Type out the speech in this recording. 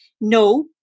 no